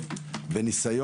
זה לא סובל דיחוי.